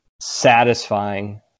satisfying